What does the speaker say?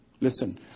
Listen